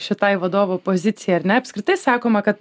šitai vadovo pozicijai ar ne apskritai sakoma kad